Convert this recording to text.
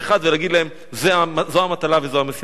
להם: זו המטלה וזו המשימה שיש עליכם.